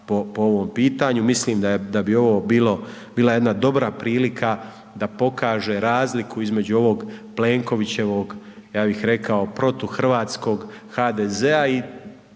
po ovom pitanju, mislim da bi ovo bila jedna dobra prilika da pokaže razliku između ovog Plenkovićevog, ja bih rekao, protuhrvatskog HDZ-a i